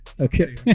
okay